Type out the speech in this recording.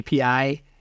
API